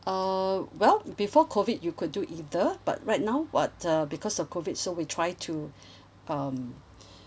uh well before COVID you could do either but right now but uh because of COVID so we try to um